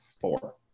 Four